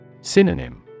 Synonym